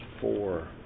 four